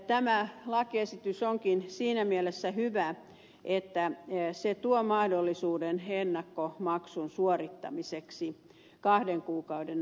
tämä lakiesitys onkin siinä mielessä hyvä että se tuo mahdollisuuden ennakkomaksun suorittamiseksi kahden kuukauden ajalta